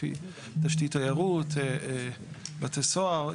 תשתית תיירות, בתי סוהר.